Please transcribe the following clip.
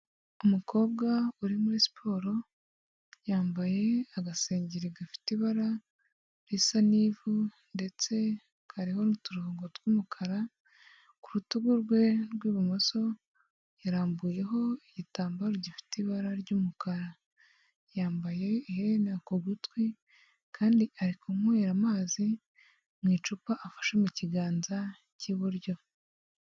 Umukobwa uri muri siporo yambaye agasengeri gafite ibara risa n'ivu ndetse kariho n'uturongo tw'umukara, ku rutugu rwe rw'ibumoso yarambuyeho igitambaro gifite ibara ry'umukara, yambaye iherena ku gutwi kandi ari kunywera amazi mu icupa afashe mu kiganza cy'iburyo.